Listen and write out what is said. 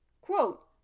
quote